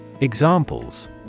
Examples